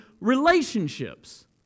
relationships